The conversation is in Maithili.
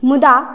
मुदा